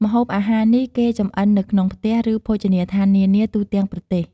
ម្ហូបអាហារនេះគេចម្អិននៅក្នុងផ្ទះ ឬភោជនីយដ្ឋាននានាទូទាំងប្រទេស។